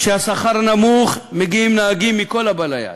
כשהשכר נמוך מגיעים נהגים מכל הבא ליד.